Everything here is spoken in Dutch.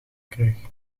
kreeg